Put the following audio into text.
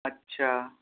اچھا